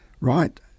Right